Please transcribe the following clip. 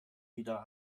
wieder